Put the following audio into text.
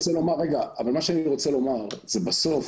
רגע, אבל מה שאני רוצה לומר זה בסוף